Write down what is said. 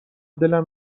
دلم